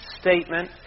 statement